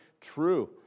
true